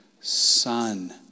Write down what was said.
Son